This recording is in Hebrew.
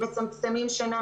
מצמצמים שינה,